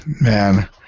man